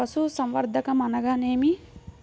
పశుసంవర్ధకం అనగానేమి?